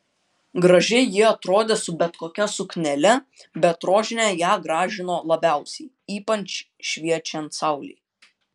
gražiai ji atrodė su bet kokia suknele bet rožinė ją gražino labiausiai ypač šviečiant saulei